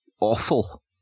awful